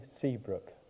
Seabrook